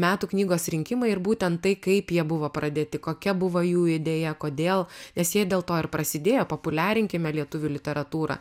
metų knygos rinkimai ir būtent tai kaip jie buvo pradėti kokia buvo jų idėja kodėl nes jie dėl to ir prasidėjo populiarinkime lietuvių literatūrą